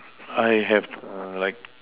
I have err like